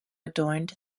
adorned